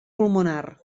pulmonar